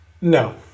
No